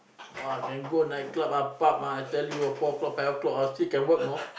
!wah! can go nightclub ah pub ah I tell you four o-clock five o-clock still can work know